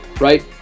right